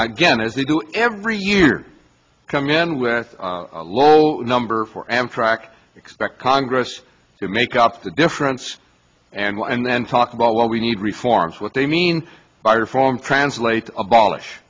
as they do every year come in with a low number for amtrak expect congress to make up the difference and what and then talk about what we need reforms what they mean by reform translate abolish